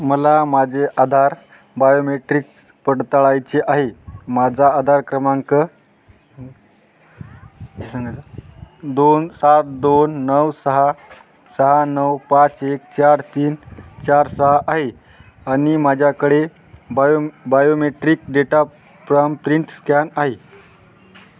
मला माझे आधार बायोमेट्रिक्स पडताळायचे आहे माझा आधार क्रमांक स दोन सात दोन नऊ सहा सहा नऊ पाच एक चार तीन चार सहा आहे आणि माझ्याकडे bio biometric data from print scan आहे